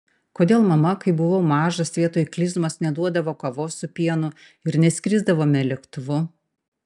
kodėl mama kai buvau mažas vietoj klizmos neduodavo kavos su pienu ir neskrisdavome lėktuvu